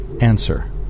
answer